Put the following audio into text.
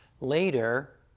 Later